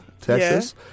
Texas